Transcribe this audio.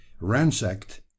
ransacked